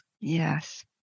Yes